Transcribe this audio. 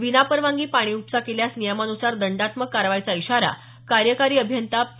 विनापरवानगी पाणी उपसा केल्यास नियमानुसार दंडात्मक कारवाईचा इशारा कार्यकारी अभियंता पी